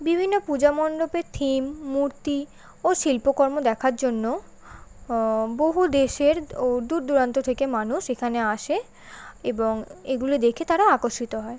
বিভিন্ন পূজা মন্ডপের থিম মূর্তি ও শিল্পকর্ম দেখার জন্য বহু দেশের ও দূর দূরান্ত থেকে মানুষ এখানে আসে এবং এগুলো দেখে তারা আকর্ষিত হয়